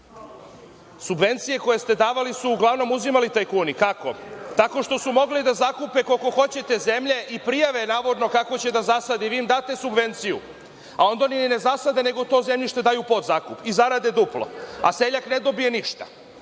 koje ste davali su uglavnom uzimali tajkuni. Kako? Tako što su mogli da zakupe koliko hoćete zemlje i prijave navodno kako će da zasade i vi im date subvencije. A onda ne zasade, nego to zemljište daju u podzakup i zarade duplo, a seljak ne dobije ništa.